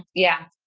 yeah,